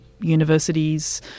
universities